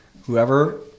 whoever